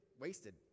Wasted